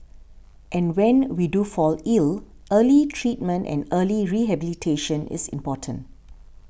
and when we do fall ill early treatment and early rehabilitation is important